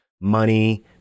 money